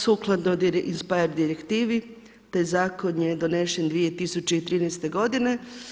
Sukladno inspire direktivi te Zakon je donesen 2013. godine.